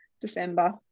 December